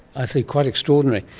i see, quite extraordinary.